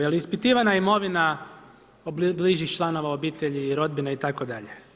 Je li ispitivana imovina bližih članova obitelji, rodbine itd.